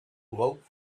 glowed